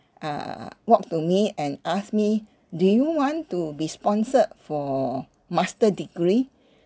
err walked to me and asked me do you want to be sponsored for master degree